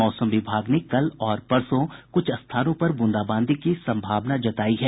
मौसम विभाग ने कल और परसों कुछ स्थानों पर बूंदाबांदी की संभावना जतायी है